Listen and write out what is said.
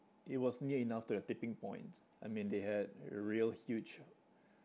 it was near enough to the tipping point I mean they had a real huge